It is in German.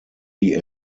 die